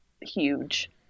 huge